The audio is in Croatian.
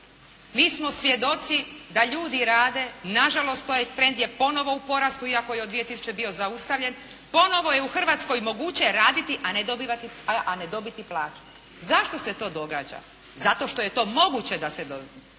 Mi smo svjedoci da ljudi rade, nažalost taj trend je ponovo u porastu, iako je od 2000. bio zaustavljen, ponovo je u Hrvatskoj moguće raditi a ne dobivati plaću. Zašto se to događa? Zato što je to moguće da se događa.